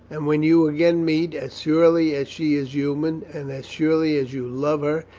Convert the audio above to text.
and when you again meet, as surely as she is human, and as surely as you love her,